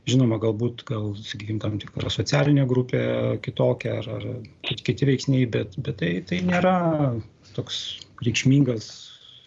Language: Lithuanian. žinoma galbūt gal sakykim tam tikra socialinė grupė kitokia ar ar kiti veiksniai bet bet tai tai nėra toks reikšmingas